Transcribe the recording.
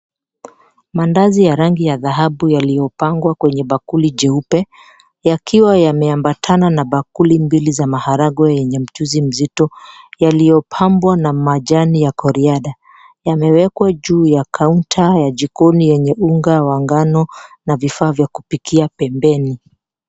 Mandazi ya rangi ya dhahabu yaliopangwa kwenye bakuli jeupe, yakiwa yameambatana na bakuli mbili za maharagwe yenye mchuzi mzito yaliopambwa na majani ya coriander . Yameekwa juu ya kaunta ya jikoni yenye unga wa ngano na vifaa vya kupikia pembeni.